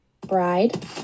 Bride